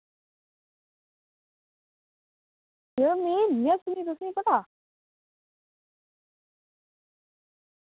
एह् में निं आक्खी तुसेंगी पता